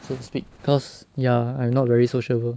so to speak because ya I'm not very sociable